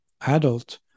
adult